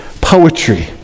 poetry